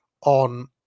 on